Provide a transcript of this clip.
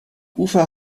ufer